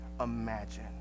imagine